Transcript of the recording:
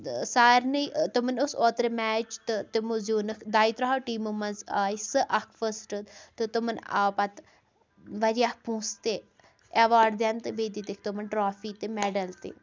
تہٕ سارنٕے تمَن اوس اوترٕ میچ تہٕ تِمو زیوٗنَکھ دَیہِ تٕرٛہو ٹیٖمو منٛز آیہِ سٕہ اَکھ فٔسٹہٕ تہٕ تمَن آو پَتہٕ وارِیاہ پۄنٛسہٕ تہِ اٮ۪واڈ دِنہٕ تہٕ بیٚیہِ دِتِکھ تمَن ٹرٛافی تہٕ مٮ۪ڈَل تہِ